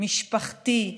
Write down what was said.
משפחתי.